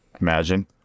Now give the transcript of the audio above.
Imagine